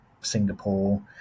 Singapore